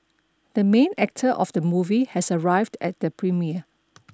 the main actor of the movie has arrived at the premiere